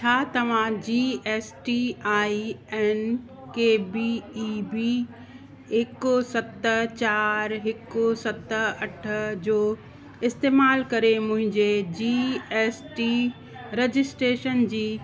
छा तव्हां G S T I N K B E B हिकु सत चारि हिकु सत अठ जो इस्तेमालु करे मुंहिंजे जी एस टी रजिस्ट्रेशन जी